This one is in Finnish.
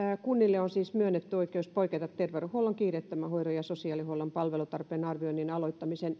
kunnille on siis myönnetty oikeus poiketa terveydenhuollon kiireettömän hoidon ja sosiaalihuollon palvelutarpeen arvioinnin aloittamisen